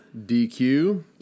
DQ